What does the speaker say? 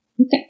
Okay